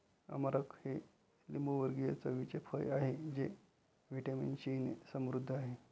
अमरख हे लिंबूवर्गीय चवीचे फळ आहे जे व्हिटॅमिन सीने समृद्ध आहे